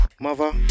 mother